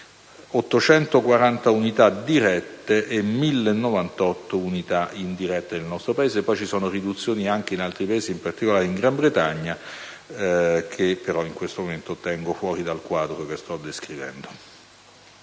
840 unità dirette e 1.098 unità indirette nel nostro Paese. Poi ci sono riduzioni anche in altri Paesi, in particolare in Gran Bretagna, che però in questo momento tengo fuori dal quadro che sto descrivendo.